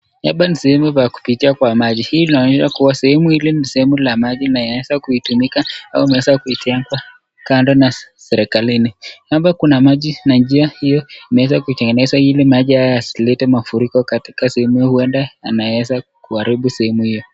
Hapa ni sehemu pa kupitia kwa maji hii inaonyesha kuwa sehemu hii ni sehemu ya maji na inaweza kutumika ama imeweza kutengwa kando na serikali. Hapa kuna maji na njia hiyo imeweza kutengenezwa ili maji haya yasilete mafuriko katika sehemu hiyo huenda inaweza kuharibu sehemu hiyo.